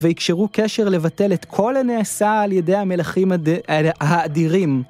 ויקשרו קשר לבטל את כל הנעשה על ידי המלכים האדירים.